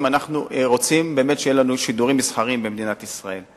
אם אנחנו רוצים שיהיו לנו שידורים מסחריים במדינת ישראל.